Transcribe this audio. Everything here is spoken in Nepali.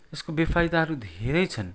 यसको बेफाइदाहरू धेरै छन्